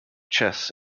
chess